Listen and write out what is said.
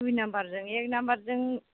दुइ नाम्बार जों एक नाम्बार जों